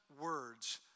words